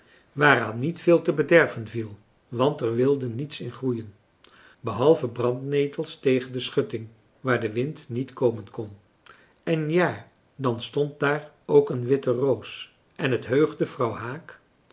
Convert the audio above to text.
waaraan niet veel te bederven viel want er wilde niets in groeien behalve brandnetels tegen de schutting waar de wind niet komen kon en ja dan stond daar ook een witte roos en het heugde vrouw haak